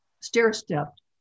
stair-stepped